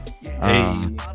Hey